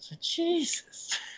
Jesus